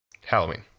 Halloween